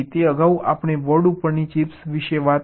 તે અગાઉ આપણે બોર્ડ ઉપરની ચિપ્સ વિશે વાત કરી રહ્યા છીએ